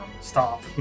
Stop